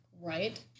right